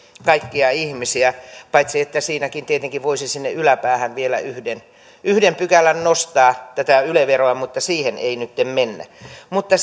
kaikkia ihmisiä paitsi että siinäkin tietenkin voisi sinne yläpäähän vielä yhden yhden pykälän nostaa tätä yle veroa mutta siihen ei nytten mennä mutta